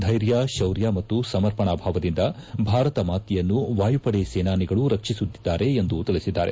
ಧ್ವೆರ್ಯ ಶೌರ್ಯ ಮತ್ತು ಸಮರ್ಪಣಾ ಭಾವದಿಂದ ಭಾರತ ಮಾತೆಯನ್ನು ವಾಯುಪಡೆ ಸೇನಾನಿಗಳು ರಕ್ಷಿಸುತ್ತಿದ್ದಾರೆ ಎಂದು ತಿಳಿಸಿದ್ದಾರೆ